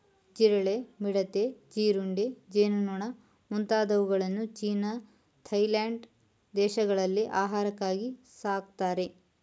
ಜಿರಳೆ, ಮಿಡತೆ, ಜೀರುಂಡೆ, ಜೇನುನೊಣ ಮುಂತಾದವುಗಳನ್ನು ಚೀನಾ ಥಾಯ್ಲೆಂಡ್ ದೇಶಗಳಲ್ಲಿ ಆಹಾರಕ್ಕಾಗಿ ಸಾಕ್ತರೆ